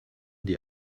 die